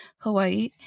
Hawaii